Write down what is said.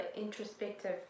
introspective